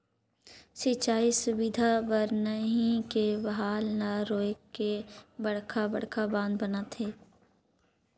सिंचई सुबिधा बर नही के बहाल ल रोयक के बड़खा बड़खा बांध बनाथे